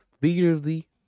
figuratively